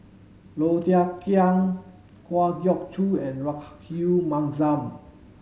Low Thia Khiang Kwa Geok Choo and Rahayu Mahzam